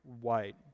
White